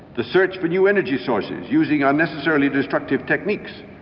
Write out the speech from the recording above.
the search for new energy sources using unnecessarily destructive techniques,